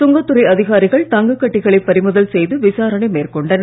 சுங்கத் துறை அதிகாரிகள் தங்கக்கட்டிகளை பறிமுதல் செய்து விசாரணை மேற்கொண்டனர்